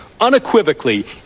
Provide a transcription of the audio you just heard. unequivocally